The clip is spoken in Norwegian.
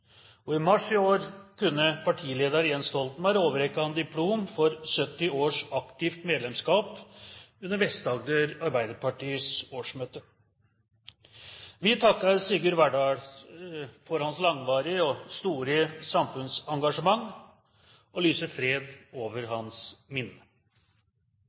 Og i mars i år kunne partileder Jens Stoltenberg overrekke ham diplomet for 70 års aktivt medlemskap under Vest-Agder Arbeiderpartis årsmøte. Vi takker Sigurd Verdal for hans langvarige og store samfunnsengasjement og lyser fred over hans minne.